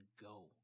go